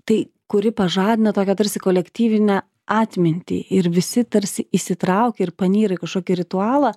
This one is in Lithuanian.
tai kuri pažadina tokią tarsi kolektyvinę atmintį ir visi tarsi įsitraukia ir panyra į kažkokį ritualą